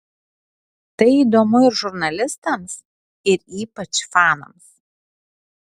tai įdomu ir žurnalistams ir ypač fanams